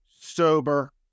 sober